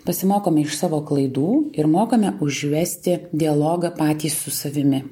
pasimokome iš savo klaidų ir mokame užvesti dialogą patys su savimi